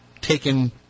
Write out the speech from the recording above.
taken